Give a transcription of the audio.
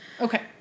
Okay